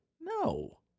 No